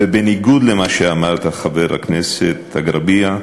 ובניגוד למה שאמרת, חבר הכנסת אגרביה,